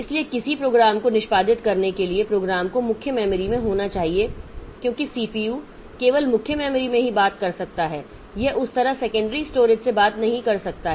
इसलिए किसी प्रोग्राम को निष्पादित करने के लिए प्रोग्राम को मुख्य मेमोरी में होना चाहिए क्योंकि सीपीयू केवल मुख्य मेमोरी में ही बात कर सकता है यह उस तरह सेकेंडरी स्टोरेज से बात नहीं कर सकता है